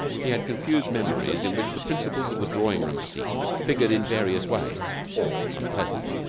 he had confused memories in which the principals of the drawing-room scene figured in various ways, all unpleasant.